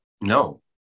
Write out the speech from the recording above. No